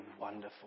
wonderful